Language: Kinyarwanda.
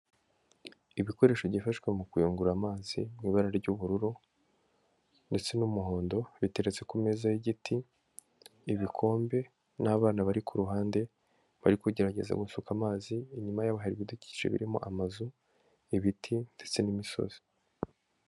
Ibikoresho byifashwa mu kuyungura amazi mu ibara ry'ubururu ndetse n'umuhondo, biteretse ku meza y'igiti. Ibikombe n'abana bari ku ruhande bari kugerageza gusuka amazi, inyuma yabo hari ibidukikije birimo amazu ibiti ndetse n'imisozi.